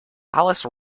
alice